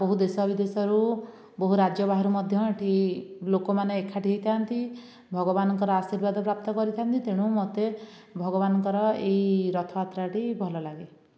ବହୁ ଦେଶବିଦେଶରୁ ବହୁ ରାଜ୍ୟ ବାହାରୁ ମଧ୍ୟ ଏଠି ଲୋକ ମାନେ ଏକାଠି ହୋଇଥାଆନ୍ତି ଭଗବାନଙ୍କର ଆଶୀର୍ବାଦ ପ୍ରାପ୍ତ କରିଥାନ୍ତି ତେଣୁ ମୋତେ ଭାଗବାନଙ୍କର ଏହି ରଥଯାତ୍ରାଟି ଭଲ ଲାଗେ